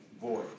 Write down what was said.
Voice